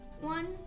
one